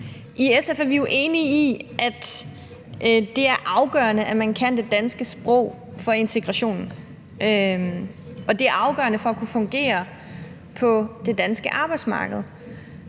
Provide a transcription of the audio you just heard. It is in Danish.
I SF er vi jo enige i, at det er afgørende for integrationen, at man kan det danske sprog, og at det er afgørende for at kunne fungere på det danske arbejdsmarked,